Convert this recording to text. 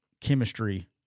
chemistry